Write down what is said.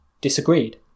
disagreed